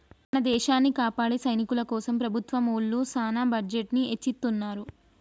మన దేసాన్ని కాపాడే సైనికుల కోసం ప్రభుత్వం ఒళ్ళు సాన బడ్జెట్ ని ఎచ్చిత్తున్నారు